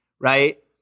right